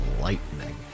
lightning